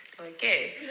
Okay